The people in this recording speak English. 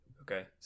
Okay